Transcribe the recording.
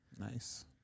Nice